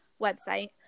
website